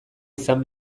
izan